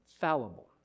fallible